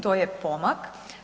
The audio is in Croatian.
To je pomak.